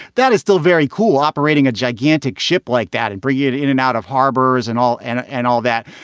that is still very cool, operating a gigantic ship like that and bring it in and out of harbors and all and and all that.